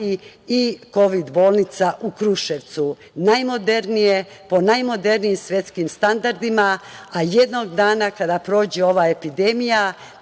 i kovid bolnica u Kruševcu. Najmodernije, po najmodernijim svetskim standardima, a jednog dana kada prođe ova epidemija,